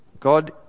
God